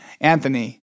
Anthony